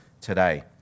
today